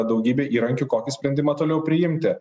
daugybę įrankių kokį sprendimą toliau priimti